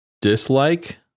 dislike